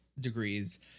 degrees